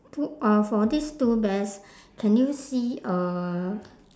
two uh for these two bears can you see uh